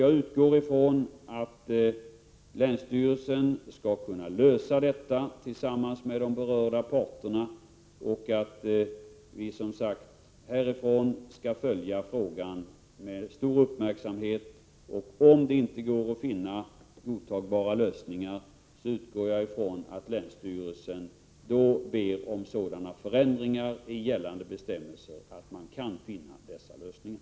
Jag utgår ifrån att länsstyrelsen skall kunna lösa detta tillsammans med de berörda parterna. Som tidigare sagts skall vi härifrån följa frågan med stor uppmärksamhet. Om det inte går att finna godtagbara lösningar, utgår jag ifrån att länsstyrelsen ber om sådana förändringar i gällande bestämmelser att man kan finna dessa lösningar.